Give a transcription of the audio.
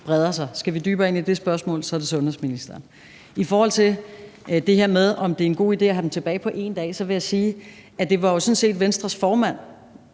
breder sig. Skal vi dybere ind i det spørgsmål, er det sundhedsministerens område. I forhold til det her med om det er en god idé at have dem tilbage på én dag, vil jeg sige, at det jo sådan set var Venstres formand,